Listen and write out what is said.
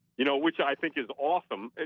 you know, which i think is awesome.